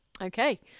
okay